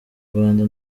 rwanda